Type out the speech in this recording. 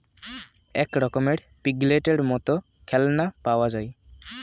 এক রকমের পিগলেটের মত খেলনা পাওয়া যায়